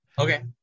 Okay